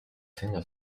segno